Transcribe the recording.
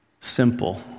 simple